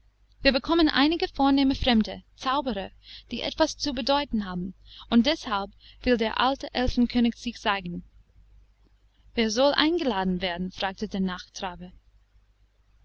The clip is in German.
wir bekommen einige vornehme fremde zauberer die etwas zu bedeuten haben und deshalb will der alte elfenkönig sich zeigen wer soll eingeladen werden fragte der